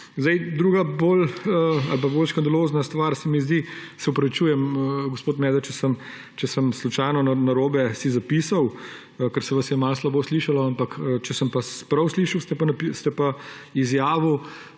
Bolj škandalozna stvar se mi zdi, se opravičujem gospod Medved, če sem si slučajno narobe zapisal, ker se vas je malo slabo slišalo, ampak če sem vas prav slišal, ste pa izjavili,